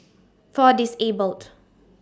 For Disabled